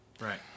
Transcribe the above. Right